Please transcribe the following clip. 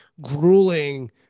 grueling